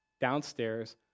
downstairs